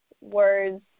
words